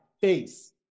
face